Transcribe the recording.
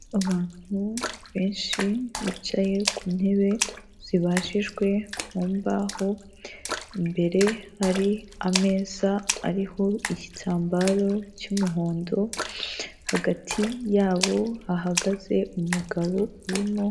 Abantu benshi bicaye ku ntebe zibajijwe mu mbaho, imbere hari ameza ariho igitambaro cy'umuhondo, hagati yabo hahagaze umugabo urimo...